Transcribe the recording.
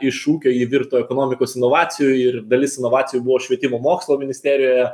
iš ūkio ji virto ekonomikos inovacijų ir dalis inovacijų buvo švietimo mokslo ministerijoje